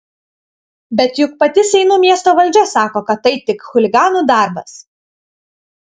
bet juk pati seinų miesto valdžia sako kad tai tik chuliganų darbas